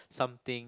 something